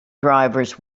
drivers